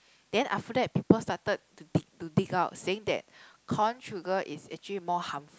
then after that people started to dig to dig out saying that corn sugar is actually more harmful